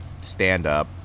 stand-up